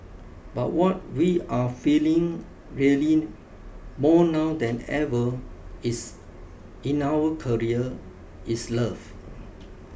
but what we are feeling really more now than ever is in our career is love